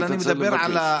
אני מדבר על,